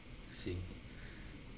I see